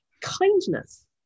kindness